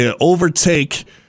overtake